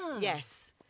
yes